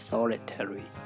Solitary